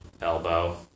Elbow